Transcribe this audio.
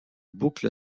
boucle